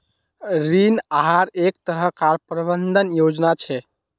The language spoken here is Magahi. ऋण आहार एक तरह कार प्रबंधन योजना छे